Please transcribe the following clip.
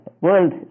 world